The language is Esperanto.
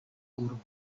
urbo